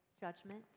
judgment